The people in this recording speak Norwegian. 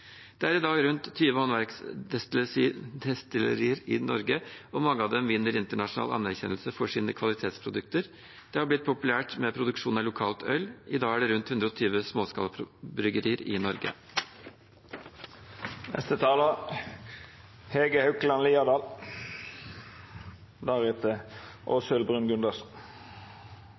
Det er i dag rundt 20 håndverksdestillerier i Norge, og mange av dem vinner internasjonal anerkjennelse for sine kvalitetsprodukter. Det har blitt populært med produksjon av lokalt øl. I dag er det rundt 120 småskalabryggerier i